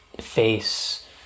face